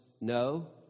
No